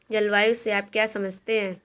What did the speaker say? जलवायु से आप क्या समझते हैं?